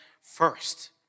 first